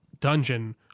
dungeon